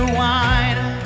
wine